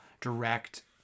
direct